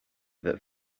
that